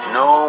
no